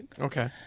Okay